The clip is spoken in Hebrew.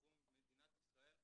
כזה.